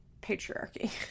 patriarchy